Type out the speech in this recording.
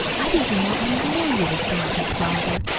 i didn't want him to know you was dorothy's father,